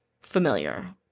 familiar